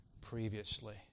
previously